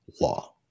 law